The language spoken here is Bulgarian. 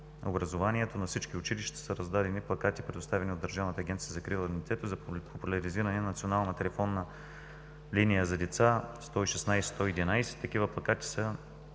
на всички училища са раздадени плакати, предоставени от Държавната агенция за закрила на детето в популяризиране на Национална телефонна линия за деца 116 111. Такива плакати са